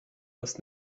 was